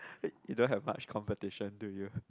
you don't have much competition do you